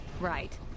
right